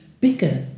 bigger